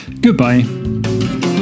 Goodbye